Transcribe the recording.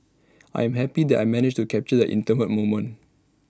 I'm happy that I managed to capture the intimate moment